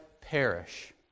perish